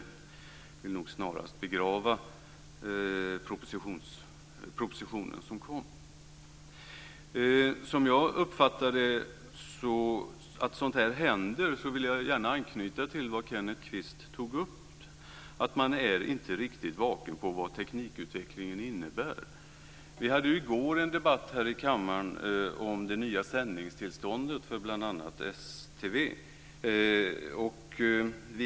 Jag vill nog snarast begrava den proposition som lades fram. När det gäller att sådant här händer, så vill jag gärna anknyta till vad Kenneth Kvist tog upp, att man inte är riktigt vaken i fråga om vad teknikutvecklingen innebär. Vi hade ju i går en debatt här i kammaren om det nya sändningstillståndet för bl.a. SVT.